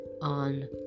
on